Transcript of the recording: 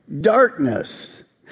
darkness